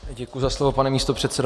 Děkuji za slovo, pane místopředsedo.